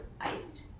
iced